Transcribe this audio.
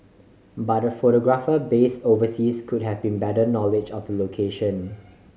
but a photographer based overseas could have better knowledge of the location